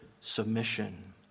submission